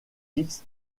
fix